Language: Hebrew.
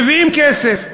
מביאים כסף.